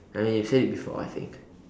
I mean you said it before I think